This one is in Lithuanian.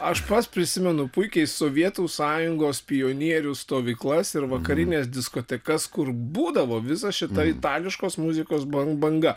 aš pats prisimenu puikiai sovietų sąjungos pionierių stovyklas ir vakarines diskotekas kur būdavo visa šita itališkos muzikos ban banga